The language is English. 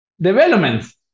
developments